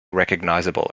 recognisable